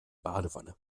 badewanne